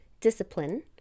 discipline